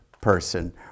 person